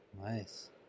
Nice